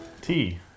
Tea